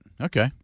Okay